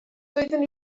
doeddwn